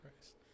Christ